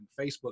Facebook